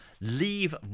Leave